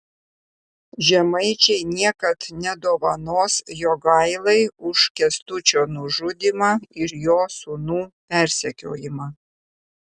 žemaičiai niekad nedovanos jogailai už kęstučio nužudymą ir jo sūnų persekiojimą